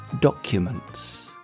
documents